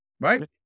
right